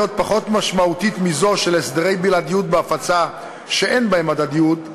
פחות משמעותית מזו של הסדרי בלעדיות בהפצה שאין בהם הדדיות,